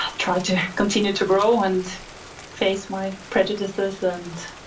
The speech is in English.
ah try to continue to grow and face my prejudices and